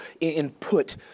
input